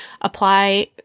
apply